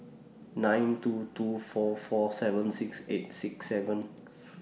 nine two two four four seven six eight six seven